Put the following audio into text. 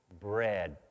bread